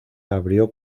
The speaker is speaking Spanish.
abrió